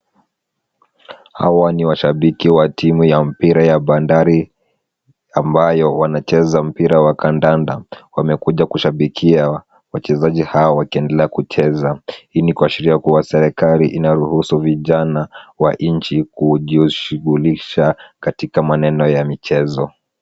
Hawa ni washabiki wa timu ya mpira ya Bandari ambayo wanacheza mpira wa kadanda. Wamekuja kushabikia wachezaji hawa wakiendelea kucheza. Hii ni kuashiria kuwa serikali inaruhusu vijana wa nchi kujishughulisha katika maneno ya michezo.